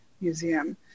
Museum